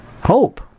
Hope